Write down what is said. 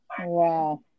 Wow